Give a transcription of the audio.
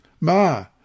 Ma